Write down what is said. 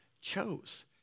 chose